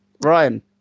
Ryan